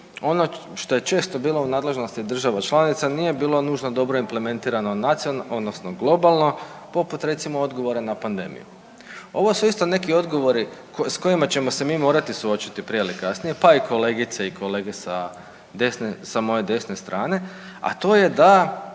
ono što je često bilo u nadležnosti država članica nije bilo nužno dobro implementirano nacionalno, odnosno globalno poput recimo odgovora na pandemiju. Ovo su isto neki odgovori sa kojima ćemo se mi morati suočiti prije ili kasnije, pa i kolegice i kolege sa moje desne strane, a to je da